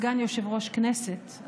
סגן יושב-ראש הכנסת,